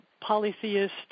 polytheist